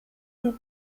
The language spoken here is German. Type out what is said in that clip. und